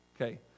Okay